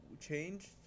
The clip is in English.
changed